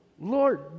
Lord